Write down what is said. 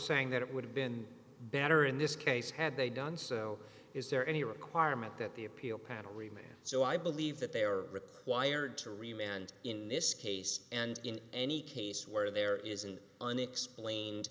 saying that it would have been better in this case had they done so is there any requirement that the appeal panel remains so i believe that they are required to remain and in this case and in any case where there is an unexplained